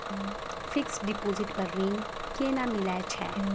Fixed deposit पर ऋण केना मिलै छै?